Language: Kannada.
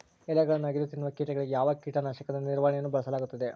ಎಲೆಗಳನ್ನು ಅಗಿದು ತಿನ್ನುವ ಕೇಟಗಳಿಗೆ ಯಾವ ಕೇಟನಾಶಕದ ನಿರ್ವಹಣೆಯನ್ನು ಬಳಸಲಾಗುತ್ತದೆ?